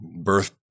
birth